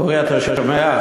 אורי, אתה שומע?